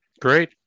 Great